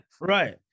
right